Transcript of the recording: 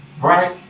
Right